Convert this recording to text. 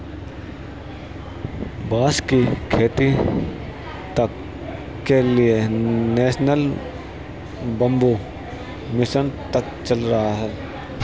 बांस की खेती तक के लिए नेशनल बैम्बू मिशन तक चल रहा है